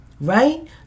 right